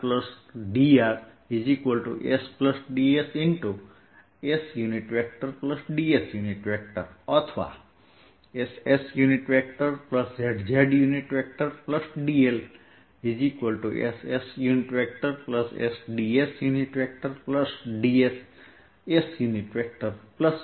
નોંધો કે જો હું s દિશામાં ds જેટલો આગળ જતો હોઉં z દિશામાં dz જેટલો આગળ જતો હોઉં તો અહીં આ વધારાની ટર્મ છે